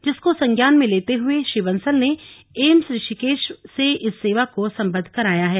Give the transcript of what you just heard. जिसको संज्ञान में लेते हुए श्री बंसल ने एम्स ऋषिकेश से इस सेवा को सम्बद्ध कराया है